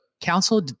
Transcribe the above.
council